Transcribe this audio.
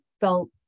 felt